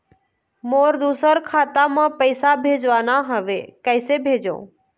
मोर दुसर खाता मा पैसा भेजवाना हवे, कइसे भेजों?